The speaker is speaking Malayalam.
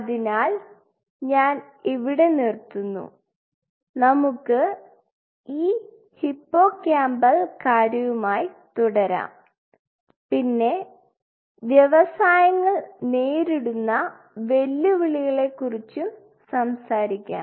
അതിനാൽ ഞാൻ ഇവിടെ നിർത്തുന്നു നമുക്ക് ഈ ഹിപ്പോകാമ്പൽ കാര്യവുമായി തുടരാം പിന്നെ വ്യവസായങ്ങൾ നേരിടുന്ന വെല്ലുവിളികളെ കുറിച്ചും സംസാരിക്കാം